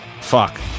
fuck